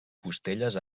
costelles